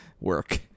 work